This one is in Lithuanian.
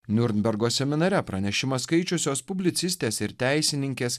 niurnbergo seminare pranešimą skaičiusios publicistės ir teisininkės